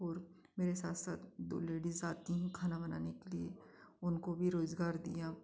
और मेरे साथ साथ दो लेडिस आती हैं खाना बनाने के लिए उनको भी रोज़गार दिया